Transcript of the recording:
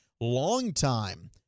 longtime